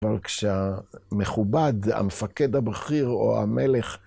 אבל כשהמכובד, המפקד הבכיר, או המלך ...